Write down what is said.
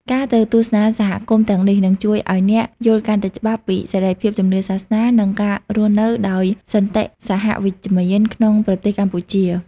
ការទៅទស្សនាសហគមន៍ទាំងនេះ នឹងជួយឱ្យអ្នកយល់កាន់តែច្បាស់ពីសេរីភាពជំនឿសាសនា និងការរស់នៅដោយសន្តិសហវិជ្ជមានក្នុងប្រទេសកម្ពុជា។